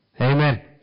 Amen